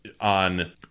on